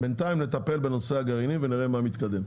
בינתיים נטפל בנושא הגרעינים ונראה מה מתקדם.